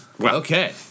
Okay